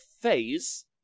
phase